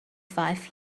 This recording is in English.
five